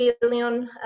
billion